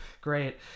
great